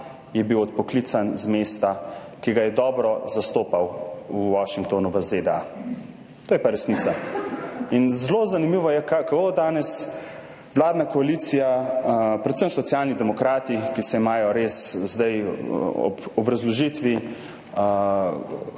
je bil odpoklican z mesta, ki ga je dobro zastopal v Washingtonu, v ZDA. To je pa resnica. Zelo zanimivo je, kako danes vladna koalicija, predvsem Socialni demokrati, ki zdaj ob obrazložitvi